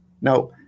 Now